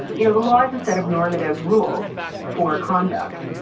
you know the law is a set of normative rules for conduct,